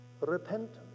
repentance